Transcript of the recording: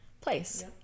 place